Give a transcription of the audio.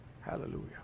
Hallelujah